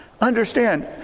understand